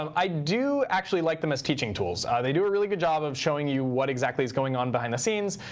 um i do actually like them as teaching tools. they do a really good job of showing you what exactly is going on behind the scenes.